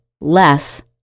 less